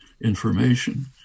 information